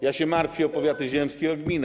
Ja się martwię o powiaty ziemskie i o gminy.